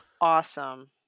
awesome